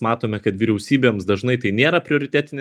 matome kad vyriausybėms dažnai tai nėra prioritetinė